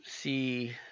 see